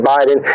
Biden